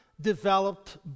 developed